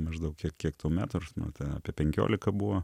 maždaug kiek kiek tau metų aš tada apie penkiolika buvo